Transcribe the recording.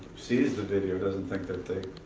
sees the video doesn't think that they